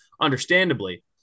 understandably